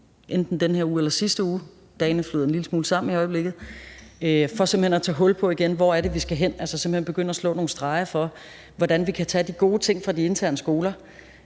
i den her uge eller i sidste uge – dagene flyder en lille smule sammen i øjeblikket – for simpelt hen igen at tage hul på, hvor det er, vi skal hen, altså begynde at slå nogle streger for, hvordan vi kan tage de gode ting fra de interne skoler